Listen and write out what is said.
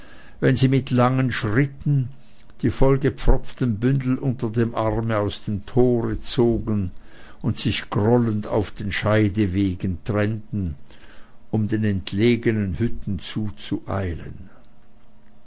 wenn sie mit langen schritten die vollgepfropften bündel unter dem arme aus dem tore zogen und sich grollend auf den scheidewegen trennten um den entlegenen hütten